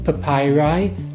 papyri